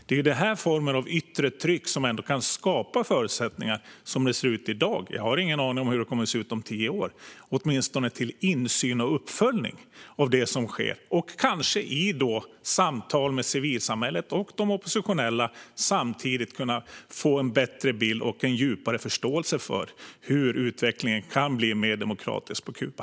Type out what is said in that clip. Det är den här formen av yttre tryck som åtminstone som det ser ut i dag - vi har ingen aning om hur det kommer att se ut om tio år - kan skapa förutsättningar till insyn och uppföljning av det som sker. Kanske kan man då i samtal med civilsamhället och de oppositionella samtidigt få en bättre bild av och en djupare förståelse för hur utvecklingen kan bli mer demokratisk på Kuba.